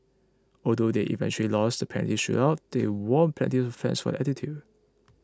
although they eventually lost the penalty shootout they won plenty of fans for their attitude